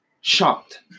shocked